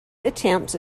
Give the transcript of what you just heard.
attempts